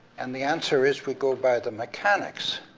and the answer is we go by the mechanics.